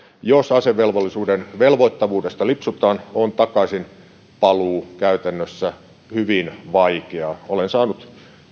jos asevelvollisuuden velvoittavuudesta lipsutaan on takaisinpaluu käytännössä hyvin vaikeaa olen saanut